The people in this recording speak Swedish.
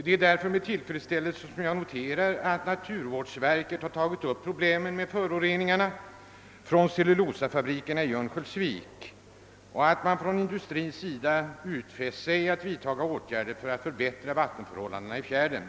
Det är därför med tillfredsställelse jag noterar att naturvårdsverket har tagit upp problemen med föroreningarna från cellulosafabrikerna i Örnsköldsvik samt att man från industrins sida har utfäst sig att vidta åtgärder för att förbättra vattenförhållandena i fjärden.